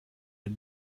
had